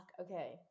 okay